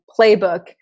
playbook